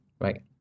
right